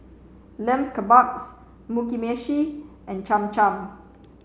Lamb Kebabs Mugi Meshi and Cham Cham